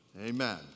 Amen